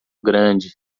grande